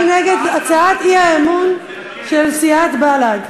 מי נגד הצעת האי-אמון של סיעת בל"ד?